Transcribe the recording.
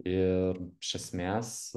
ir iš esmės